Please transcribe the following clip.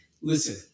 Listen